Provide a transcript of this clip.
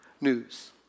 News